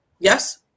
Yes